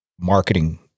marketing